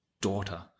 daughter